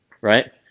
right